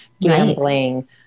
gambling